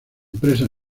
empresa